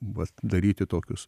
vat daryti tokius